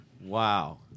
Wow